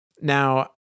Now